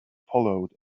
followed